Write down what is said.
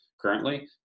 currently